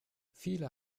viele